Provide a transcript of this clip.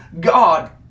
God